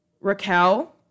Raquel